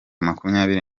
makumyabiri